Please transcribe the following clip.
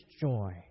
joy